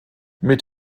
mit